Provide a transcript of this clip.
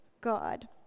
God